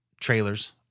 trailers